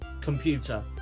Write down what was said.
computer